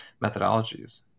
methodologies